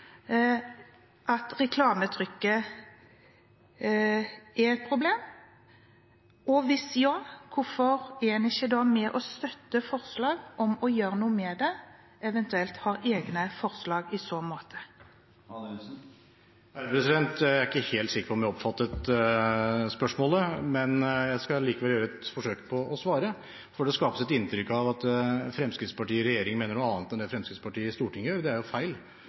at reklametrykket er et problem? Og hvis ja – hvorfor er en ikke da med og støtter forslag om å gjøre noe med det, eventuelt har egne forslag i så måte? Jeg er ikke helt sikker på om jeg oppfattet spørsmålet, men jeg skal likevel gjøre et forsøk på å svare, for det skapes et inntrykk av at Fremskrittspartiet i regjering mener noe annet enn det Fremskrittspartiet i Stortinget gjør, og det er jo feil.